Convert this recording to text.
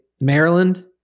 Maryland